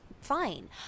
fine